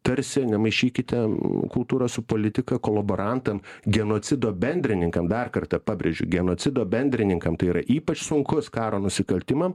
tarsi nemaišykite kultūros su politika kolaborantam genocido bendrininkam dar kartą pabrėžiu genocido bendrininkam tai yra ypač sunkus karo nusikaltimam